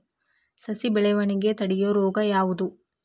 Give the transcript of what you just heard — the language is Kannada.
ಸಸಿ ಬೆಳವಣಿಗೆ ತಡೆಯೋ ರೋಗ ಯಾವುದು?